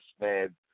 man